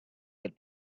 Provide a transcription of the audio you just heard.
let